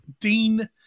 Dean